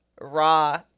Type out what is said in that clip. raw